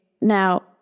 Now